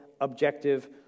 objective